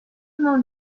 noch